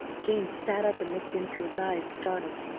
jane sat up and looked into his eyes, startled.